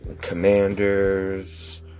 commanders